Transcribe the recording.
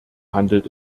handelt